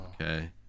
okay